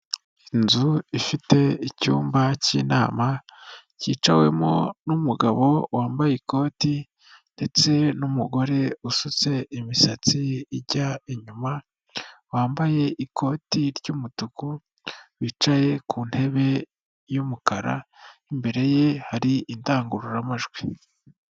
Inzu ifite icyumba cy'inama cyicawemo n'umugabo wambaye ikoti ndetse n'umugore usutse imisatsi ijya inyuma, wambaye ikoti ry'umutuku, wicaye ku ntebe y'umukara, imbere ye hari indangururamajwi.